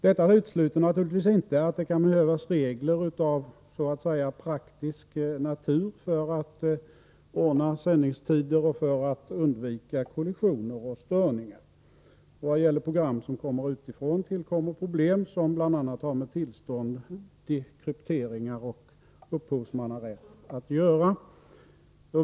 Detta utesluter naturligtvis inte att det kan behövas regler av så att säga praktisk natur för att ordna sändningstider och för att undvika kollisioner och störningar. I vad gäller program som kommer utifrån tillkommer problem som bl.a. har med tillstånd, dekrypteringar och upphovsmannarätt att göra.